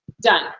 Done